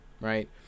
right